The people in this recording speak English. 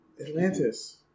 Atlantis